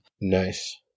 Nice